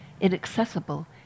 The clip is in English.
inaccessible